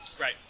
Right